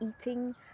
eating